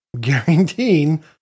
guaranteeing